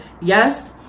yes